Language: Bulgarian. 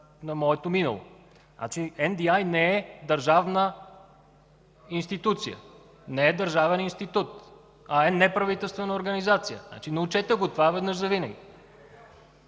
на моето минало. NDI не е държавна институция, не е държавен институт, а е неправителствена организация. Научете това веднъж завинаги!